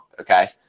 okay